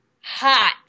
hot